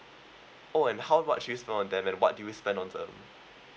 oh and how much you spend on them and what do you spend on them